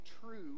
true